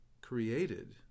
created